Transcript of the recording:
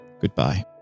goodbye